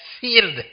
sealed